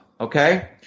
Okay